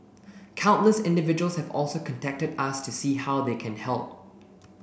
countless individuals have also contacted us to see how they can help